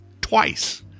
twice